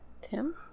Tim